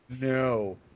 No